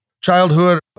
childhood